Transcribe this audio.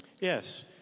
Yes